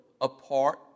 apart